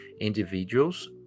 individuals